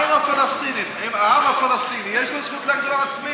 מה עם העם הפלסטיני, יש לו זכות להגדרה עצמית?